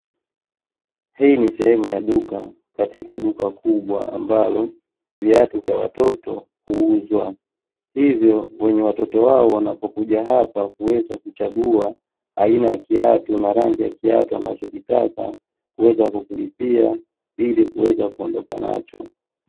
Hii ni sehemu ya duka katika duka kubwa ambalo viatu vya watoto huuzwa, hivyo wenye watoto wao wanapokuja hapa huweza kuchagua aina ya Kiatu na rangi ya kiatu wanachokitaka kuweza kukilipia ili kuweza kuondoka nacho.